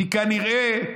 כי כנראה,